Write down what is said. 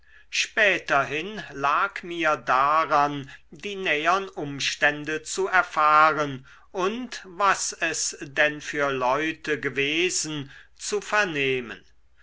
späterhin lag mir daran die nähern umstände zu erfahren und was es denn für leute gewesen zu vernehmen